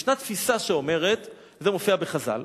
ישנה תפיסה שאומרת, זה מופיע בחז"ל,